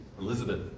Elizabeth